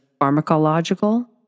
pharmacological